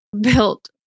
built